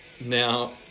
Now